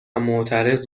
معترض